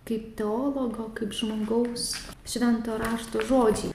kaip teologo kaip žmogaus švento rašto žodžiai